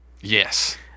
Yes